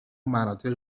مناطق